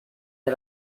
del